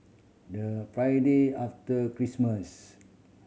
the Friday after Christmas